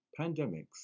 Pandemics